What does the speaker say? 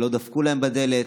שלא דפקו להם בדלת,